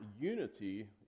unity